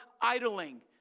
idling